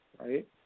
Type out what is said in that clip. right